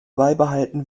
beibehalten